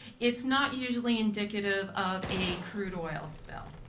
it's not usually indicative of a crude oil spill.